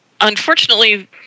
Unfortunately